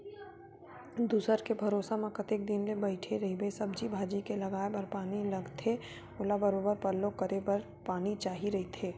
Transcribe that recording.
दूसर के भरोसा म कतेक दिन ले बइठे रहिबे, सब्जी भाजी के लगाये बर पानी लगथे ओला बरोबर पल्लो करे बर पानी चाही रहिथे